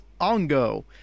Ongo